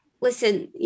Listen